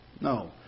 No